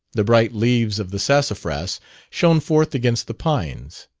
the bright leaves of the sassafras shone forth against the pines.